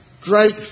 great